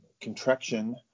contraction